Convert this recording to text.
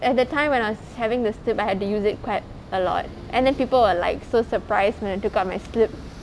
at that time when I was having the slip I had to use it quite a lot and then people were like so surprised when I took out my slip